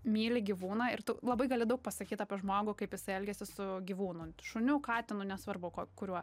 myli gyvūną ir tu labai gali daug pasakyt apie žmogų kaip jisai elgiasi su gyvūnu šuniu katinu nesvarbu ko kuriuo